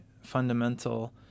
fundamental